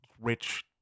rich